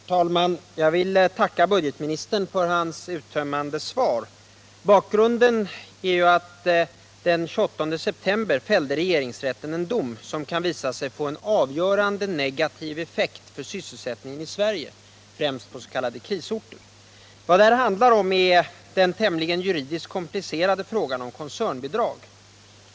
Herr talman! Jag vill tacka budgetministern för hans uttömmande svar. Bakgrunden är att regeringsrätten den 28 september fällde en dom, som kan visa sig få en avgörande negativ effekt för sysselsättningen i Sverige, främst på s.k. krisorter. Vad det här handlar om är den juridiskt tämligen komplicerade frågan om koncernbidrag.